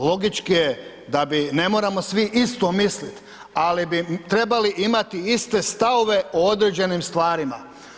Logički je da bi, ne moramo svi isto mislit, ali bi trebali imati iste stavove o određenim stvarima.